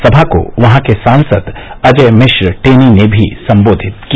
सभा को वहां के सांसद अजय मिश्र टेनी ने भी सम्बोधित किया